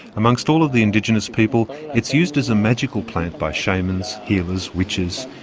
amongst all of the indigenous people it's used as a magical plant by shamans, healers, witches.